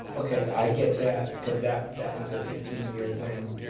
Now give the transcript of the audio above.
okay, i get that. cause that that was a fifteen year thing,